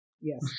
Yes